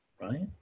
Right